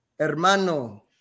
Hermano